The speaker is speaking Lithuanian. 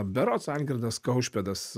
berods algirdas kaušpėdas